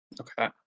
Okay